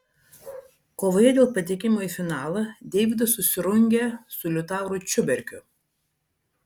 kovoje dėl patekimo į finalą deividas susirungė su liutauru čiuberkiu